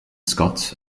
scots